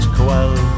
quell